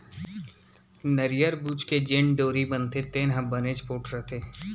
नरियर बूच के जेन डोरी बनथे तेन ह बनेच पोठ रथे